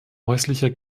häuslicher